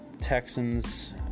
Texans